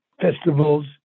festivals